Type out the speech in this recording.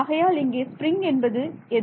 ஆகையால் இங்கே ஸ்ப்ரிங் என்பது எது